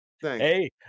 hey